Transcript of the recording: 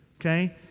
okay